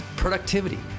productivity